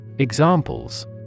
Examples